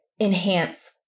enhance